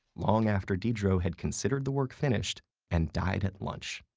long after diderot had considered the work finished and died at lunch.